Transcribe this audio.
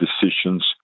decisions